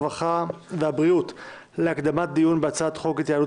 הרווחה והבריאות להקדמת הדיון בהצעת חוק ההתייעלות